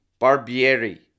Barbieri